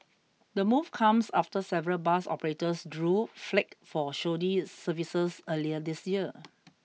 the move comes after several bus operators drew flak for shoddy services earlier this year